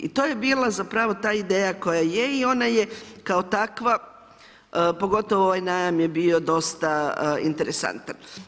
I to je bila zapravo ta ideja koja je i ona je kao takva, pogotovo ovaj najam je bio dosta interesantan.